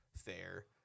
fair